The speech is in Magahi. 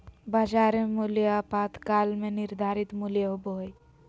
बाजार मूल्य अल्पकाल में निर्धारित मूल्य होबो हइ